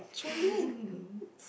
Joelyn